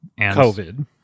COVID